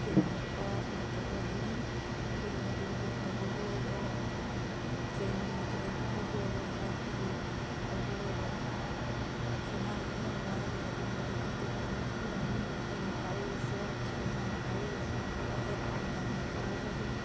ticket ꯀꯛꯄ ꯅꯠꯇ꯭ꯔꯒ any ꯑꯩꯈꯣꯏꯒꯤ ꯍꯣꯇꯦꯜ ꯕꯨꯛ ꯇꯧꯕꯕꯨ ꯑꯣꯏꯔꯣ ꯇ꯭ꯔꯦꯟꯒꯤ ꯇꯤꯀꯦꯠ ꯀꯛꯄꯕꯨ ꯑꯣꯏꯔꯣ ꯐ꯭ꯂꯥꯏꯠꯀꯤꯕꯨ ꯇꯧꯕ ꯑꯣꯏꯔꯣ ꯁꯤ ꯍꯥꯟꯅꯗꯤ ꯌꯥꯝꯅ ꯋꯥꯔꯝꯃꯤ ꯑꯗꯨꯕꯨ ꯍꯧꯖꯤꯛꯇꯤ ꯇꯦꯛꯅꯣꯂꯣꯖꯤꯒꯤ ꯃꯇꯨꯡ ꯏꯟꯅ ꯑꯩꯅ ꯄꯥꯏꯔꯤꯕ ꯐꯣꯟ ꯏꯁꯥ ꯏꯁꯥꯅ ꯄꯥꯏꯔꯤꯕ ꯐꯣꯟ ꯁꯤꯗ ꯑꯦꯞ ꯑꯃ ꯗꯥꯎꯂꯣꯗ ꯇꯧꯔꯒ ꯑꯗꯨꯝ